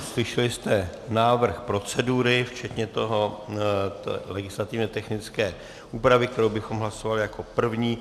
Slyšeli jste návrh procedury včetně té legislativně technické úpravy, kterou bychom hlasovali jako první.